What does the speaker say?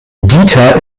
dieter